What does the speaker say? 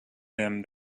them